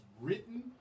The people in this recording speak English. written